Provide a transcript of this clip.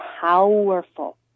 powerful